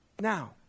Now